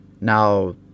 Now